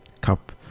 cup